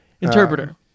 interpreter